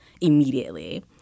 immediately